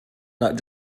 not